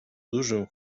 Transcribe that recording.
dużym